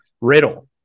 Riddle